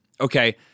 Okay